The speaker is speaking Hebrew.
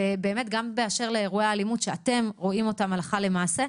ובאמת גם באשר לאירועי אלימות שאתם רואים אותם הלכה למעשה,